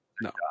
no